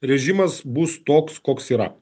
režimas bus toks koks yra